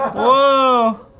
whoa!